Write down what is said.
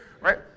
Right